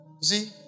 see